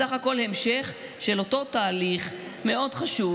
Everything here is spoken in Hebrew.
זה בסך הכול המשך של אותו תהליך מאוד חשוב